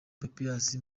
papias